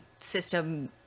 system